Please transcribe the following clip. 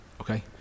Okay